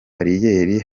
bariyeri